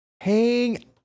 Hang